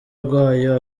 rwayo